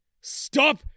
Stop